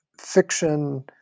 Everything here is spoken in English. fiction